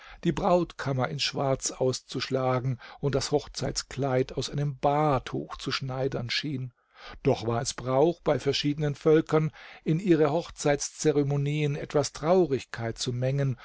die brautkammer in schwarz auszuschlagen und das hochzeitskleid aus einem baartuch zu schneidern schien doch war es brauch bei verschiedenen völkern in ihre hochzeitszeremonien etwas traurigkeit zu mengen